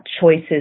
Choices